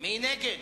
מי נגד?